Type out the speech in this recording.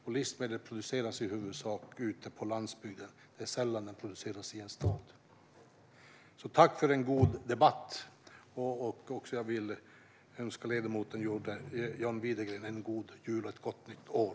Och livsmedel produceras i huvudsak på landsbygden. Det är sällan de produceras i en stad. Tack för en god debatt! Jag vill också önska ledamoten John Widegren en god jul och ett gott nytt år.